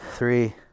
Three